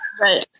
Right